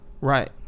right